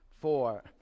four